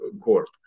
court